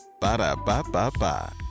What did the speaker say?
Ba-da-ba-ba-ba